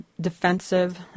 defensive